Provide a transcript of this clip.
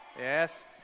Yes